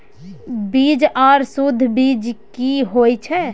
बीज आर सुध बीज की होय छै?